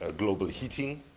ah global heating,